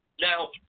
Now